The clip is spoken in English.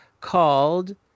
called